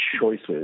choices